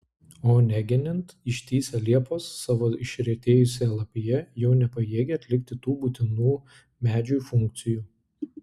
o negenint ištįsę liepos savo išretėjusia lapija jau nepajėgia atlikti tų būtinų medžiui funkcijų